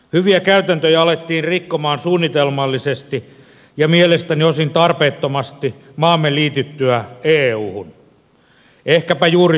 hyviä käytäntöjä alettiin rikkoa suunnitelmallisesti ja mielestäni osin tarpeettomasti maamme liityttyä euhun ehkäpä juuri siksi